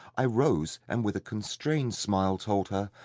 i rose and with a constrained smile told her,